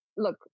Look